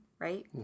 right